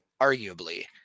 arguably